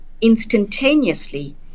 instantaneously